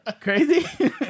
Crazy